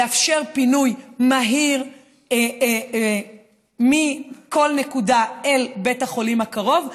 לאפשר פינוי מהיר מכל נקודה אל בית החולים הקרוב,